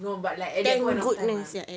no but like at that point in time ah